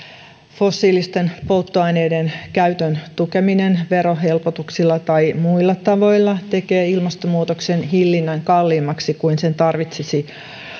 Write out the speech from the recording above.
fossiilisten polttoaineiden käytön tukeminen verohelpotuksilla tai muilla tavoilla tekee ilmastonmuutoksen hillinnän kalliimmaksi kuin sen tarvitsisi